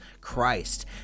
Christ